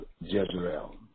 Jezreel